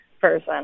person